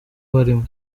barimo